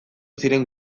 ziren